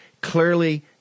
Clearly